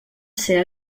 ser